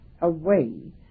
away